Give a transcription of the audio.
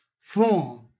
form